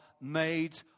made